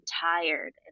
tired